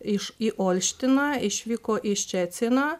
iš į olštiną išvyko į ščeciną